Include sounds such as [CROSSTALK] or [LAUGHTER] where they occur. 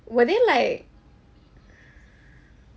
were they like [BREATH]